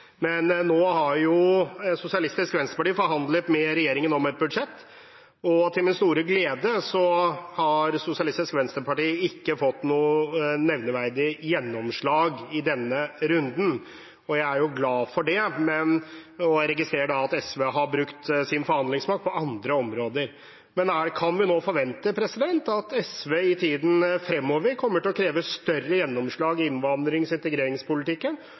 Nå har Sosialistisk Venstreparti forhandlet med regjeringen om et budsjett, og til min store glede har Sosialistisk Venstreparti ikke fått noen nevneverdige gjennomslag i denne runden. Jeg er glad for det, og jeg registrerer at SV har brukt sin forhandlingsmakt på andre områder. Kan vi nå forvente at SV i tiden fremover kommer til å kreve større gjennomslag i innvandrings- og integreringspolitikken,